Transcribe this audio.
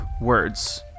words